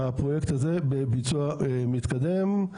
הפרויקט הזה בביצוע מתקדם.